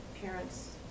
parents